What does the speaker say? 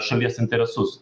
šalies interesus